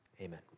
amen